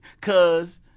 Cause